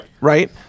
Right